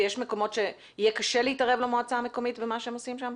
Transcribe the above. יש מקומות שיהיה קשה להתערב למועצה המקומית במה שהם עושים שם?